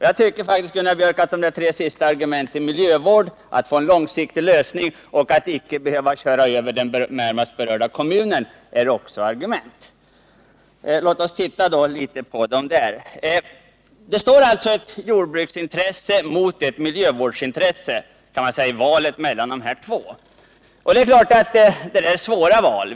Jag tycker faktiskt, Gunnar Björk, att dessa tre argument — miljövården, en långsiktig lösning och hänsynen till kommunen — är beaktansvärda argument. Låt oss se närmare på det hela. Här står ett jordbruksintresse mot ett miljövårdsintresse. Det är ett svårt val.